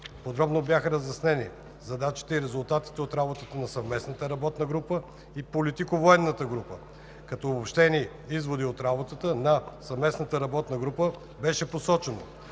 Подробно бяха разяснени задачите и резултатите от работата на Съвместната работна група и Политико-военната група. Като обобщени изводи от работата на Съвместната работна група беше посочено,